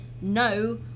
no